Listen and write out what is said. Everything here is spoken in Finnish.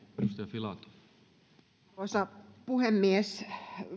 arvoisa puhemies